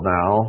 now